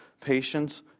patience